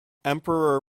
emperor